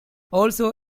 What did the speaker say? also